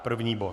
První bod.